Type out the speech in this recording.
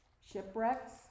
shipwrecks